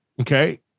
okay